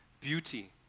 beauty